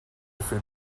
food